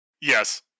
Yes